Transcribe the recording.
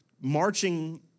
marching